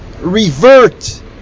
revert